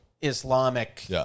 Islamic